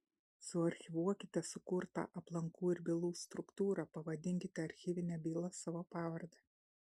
suarchyvuokite sukurtą aplankų ir bylų struktūrą pavadinkite archyvinę bylą savo pavarde